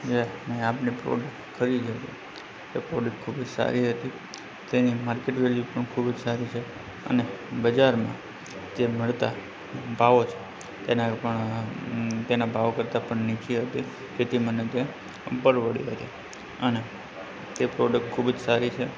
મેં આપની પ્રોડક્ટ ખરીદી હતી તે પ્રોડક્ટ ખૂબ જ સારી હતી તેની માર્કેટ વેલ્યુ પણ ખૂબ જ સારી છે અને બજારમાં જે મળતા ભાવો છે તેના તેના ભાવ કરતાં પણ નીચી હતી તેથી મને તે પરવડી હતી અને તે પ્રોડક્ટ ખૂબ જ સારી છે